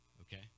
Okay